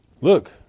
Look